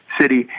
City